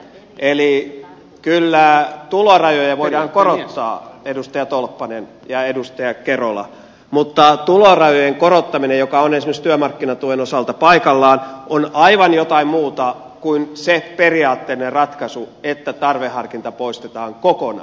eli kyllä tulorajoja voidaan korottaa edustaja tolppanen ja edustaja kerola mutta tulorajojen korottaminen joka on esimerkiksi työmarkkinatuen osalta paikallaan on aivan jotain muuta kuin se periaatteellinen ratkaisu että tarveharkinta poistetaan kokonaan